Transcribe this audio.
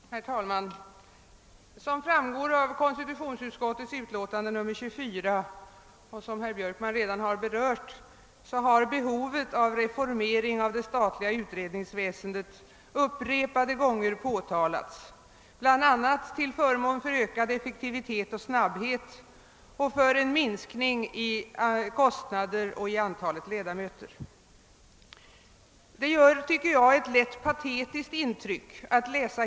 Herr talman! Som framgår av konstitutionsutskottets utlåtande nr 24 och som herr Björkman redan sagt har behovet av en reformering av det statliga utredningsväsendet upprepade gånger påtalats bl.a. till förmån för ökad effektivitet och snabbhet och för att åstadkomma en minskning av kostnaderna och av antalet kommittéledamöter.